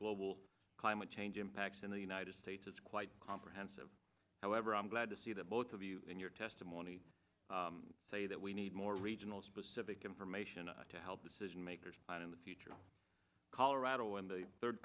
global climate change impacts in the united states is quite comprehensive however i'm glad to see that both of you in your testimony say that we need more regional specific information to help decision makers plan in the future colorado in the third